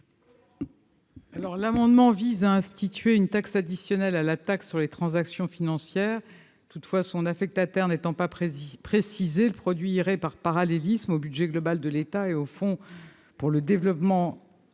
amendement vise à instituer une taxe additionnelle à la taxe sur les transactions financières. Toutefois, son affectataire n'étant pas précisé, son produit irait par parallélisme au budget global de l'État et au Fonds de solidarité pour le développement et